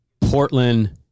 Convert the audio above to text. Portland